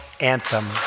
anthem